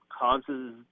causes